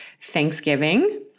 Thanksgiving